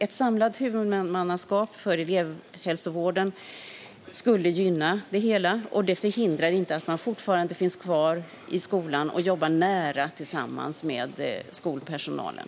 Ett samlat huvudmannaskap för elevhälsovården skulle gynna det hela, och det förhindrar inte att man fortfarande finns kvar i skolan och jobbar nära tillsammans med skolpersonalen.